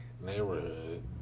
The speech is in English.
neighborhood